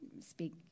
speak